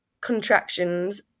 contractions